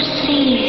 see